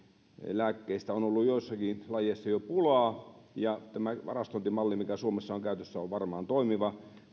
lääkkeistä on ollut joissakin lajeissa jo pulaa tämä varastointimalli mikä suomessa on käytössä on varmaan toimiva